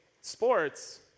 sports